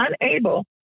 unable